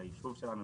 על היישוב שלנו,